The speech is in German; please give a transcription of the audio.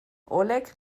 oleg